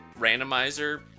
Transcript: randomizer